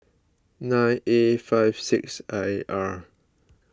nine A five six I R